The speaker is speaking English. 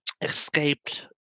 escaped